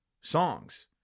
songs